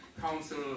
Council